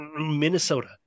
Minnesota